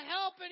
help